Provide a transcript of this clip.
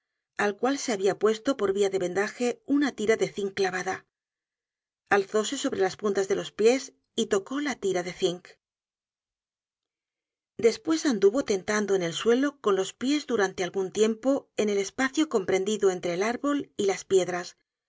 al cual se habia puesto por via de vendaje una tira de zinc clavada alzóse sobre las puntas de los pies y tocó la tira de zinc despues anduvo tentando en el suelo con los pies durante algun tiempo en el espacio comprendido entre el árbol y las piedras